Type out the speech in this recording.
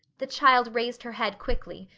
the child raised her head quickly,